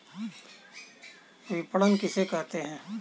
विपणन किसे कहते हैं?